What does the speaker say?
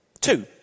Two